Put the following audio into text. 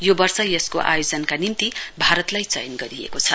यो वर्ष यसको आयोजनाका निम्ति भारतलाई चयन गरिएको छ